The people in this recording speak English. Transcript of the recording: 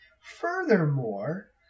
Furthermore